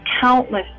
countless